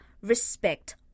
respect